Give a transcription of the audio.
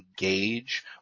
engage